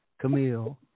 Camille